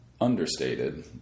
Understated